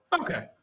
Okay